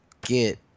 get